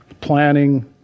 planning